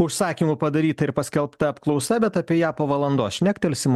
užsakymų padaryta ir paskelbta apklausa bet apie ją po valandos šnektelsim